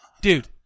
Dude